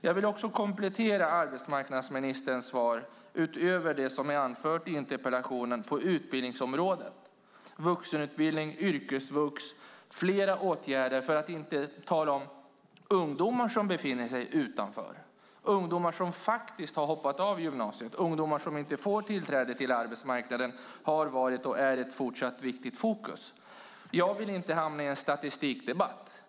Jag vill också komplettera arbetsmarknadsministerns svar utöver det som är anfört i interpellationen på utbildningsområdet, vuxenutbildning, yrkesvux och flera åtgärder, för att inte tala om ungdomar som befinner sig utanför. Ungdomar som faktiskt har hoppat av gymnasiet och ungdomar som inte får tillträde till arbetsmarknaden har varit och är ett fortsatt viktigt fokus. Jag vill inte hamna i en statistikdebatt.